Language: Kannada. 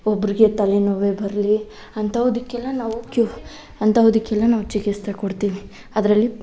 ಒಬ್ಬರಿಗೆ ತಲೆನೋವೇ ಬರಲಿ ಅಂಥವುದಕ್ಕೆಲ್ಲ ನಾವು ಕ್ಯೂ ಅಂಥವುದಕ್ಕೆಲ್ಲ ನಾವು ಚಿಕಿತ್ಸೆ ಕೊಡ್ತೀವಿ ಅದರಲ್ಲಿ